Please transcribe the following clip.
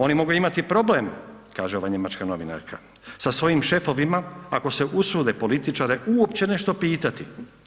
Oni mogu imati problem, kaže ova njemačka novinarka sa svojim šefovima ako se usude političare uopće nešto pitati.